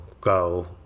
go